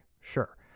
sure